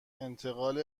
انتقال